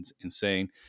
insane